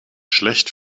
schlecht